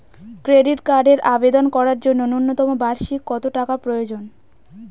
Credit কার্ডের আবেদন করার জন্য ন্যূনতম বার্ষিক কত টাকা প্রয়োজন?